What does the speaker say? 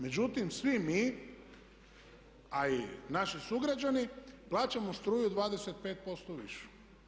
Međutim, svi mi a i naši sugrađani plaćamo struju 25% višu.